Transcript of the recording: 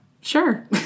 Sure